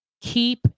Keep